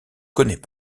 connaît